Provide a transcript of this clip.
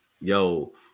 yo